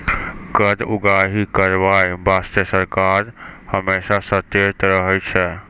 कर उगाही करबाय बासतें सरकार हमेसा सचेत रहै छै